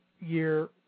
year